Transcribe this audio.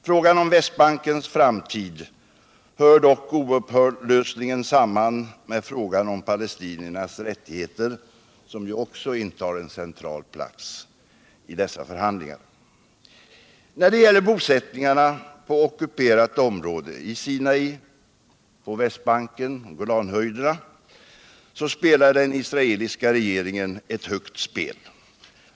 Frågan om Västbankens framtid hör oupplösligen samman med frågan om palestiniernas rättigheter, som ju också intar en central plats i dessa förhandlingar. När det gäller bosättningarna på ockuperat område —i Sinai, på Västbanken och Golanhöjderna — spelar den israeliska regeringen ett högt spel.